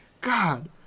God